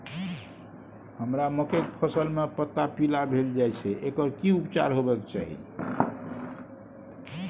हमरा मकई के फसल में पता पीला भेल जाय छै एकर की उपचार होबय के चाही?